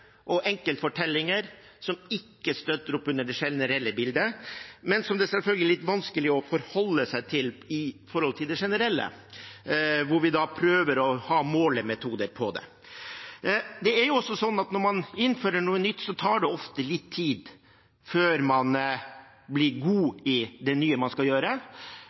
og enkeltfortellinger som ikke støtter opp under det generelle bildet, men det er selvfølgelig litt vanskelig å forholde seg til dem i forhold til det generelle, der vi prøver å bruke målemetoder. Det er også sånn at når man innfører noe nytt, tar det ofte litt tid før man blir god i det.